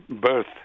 birth